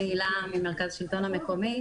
אני ממרכז השלטון המקומי.